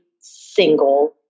single